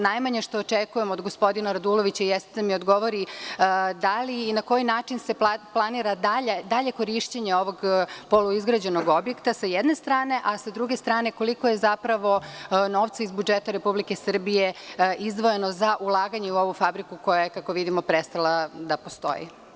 Najmanje što očekujemo od gospodina Radulovića jeste da odgovori da li i na koji način se planira dalje korišćenje ovog poluizgrađenog objekta, s jedne strane, a s druge strane, koliko je zapravo novca iz budžeta Republike Srbije izdvojeno za ulaganje u ovu fabriku, koja je, kako vidimo, prestala da postoji?